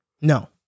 No